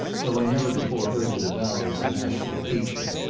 though i never before heard it avowed as a national feature.